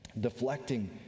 deflecting